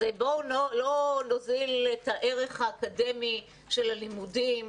אז בואו לא נוזיל את הערך האקדמי של הלימודים.